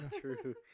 true